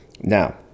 Now